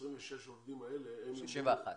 ש-26 העובדים האלה הם -- 31.